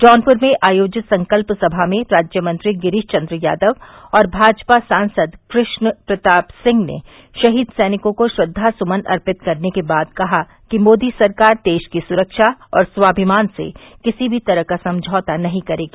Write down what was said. जौनप्र में आयोजित संकल्प सभा में राज्यमंत्री गिरीश चन्द्र यादव और भाजपा सांसद कृष्ण प्रताप सिंह ने शहीद सैनिकों को श्रद्वासुमन अर्पित करने के बाद कहा कि मोदी सरकार देश की सुरक्षा और स्वाभिमान से किसी भी तरह समझौता नहीं करेगी